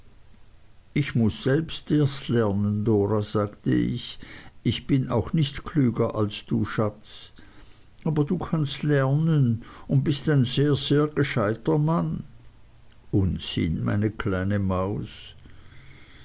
ich muß selbst erst lernen dora sagte ich ich bin auch nicht klüger als du schatz aber du kannst lernen und bist ein sehr sehr gescheiter mann unsinn meine kleine maus